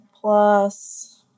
plus